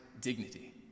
dignity